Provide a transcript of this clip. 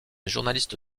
journaliste